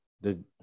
The-